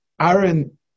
Aaron